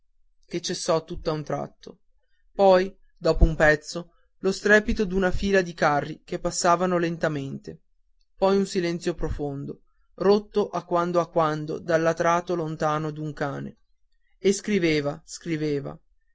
che cessò tutt'a un tratto poi dopo un pezzo lo strepito d'una fila di carri che passavano lentamente poi un silenzio profondo rotto a quando a quando dal latrato lontano d'un cane e scriveva scriveva